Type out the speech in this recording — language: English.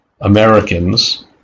Americans